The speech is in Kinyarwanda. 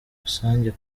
rusange